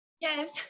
yes